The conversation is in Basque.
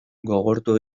gogortu